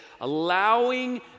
allowing